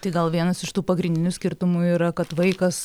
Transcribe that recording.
tai gal vienas iš tų pagrindinių skirtumų yra kad vaikas